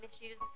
issues